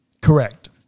Correct